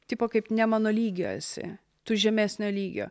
tipo kaip ne mano lygio esi tu žemesnio lygio